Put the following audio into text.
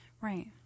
Right